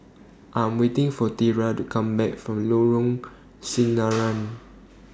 I Am waiting For Tera to Come Back from Lorong Sinaran